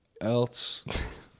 else